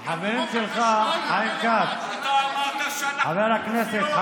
חוק החשמל הוא חלק מהג'יהאד, חיים, חיים כץ,